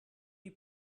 you